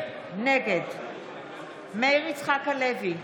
נגד מאיר יצחק הלוי,